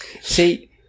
see